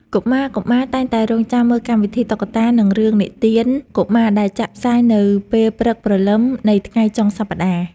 កុមារៗតែងតែរង់ចាំមើលកម្មវិធីតុក្កតា និងរឿងនិទានកុមារដែលចាក់ផ្សាយនៅពេលព្រឹកព្រលឹមនៃថ្ងៃចុងសប្តាហ៍។